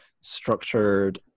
structured